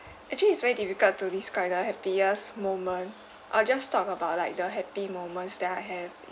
actually it's very difficult to describe the happiest moment I'll just talk about like the happy moments that I have